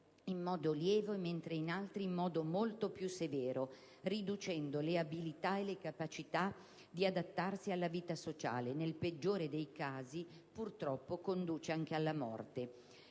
in modo lieve, mentre in altri in modo molto più severo, riducendo le abilità e le capacità di adattarsi alla vita sociale; nel peggiore dei casi, purtroppo, conduce anche alla morte.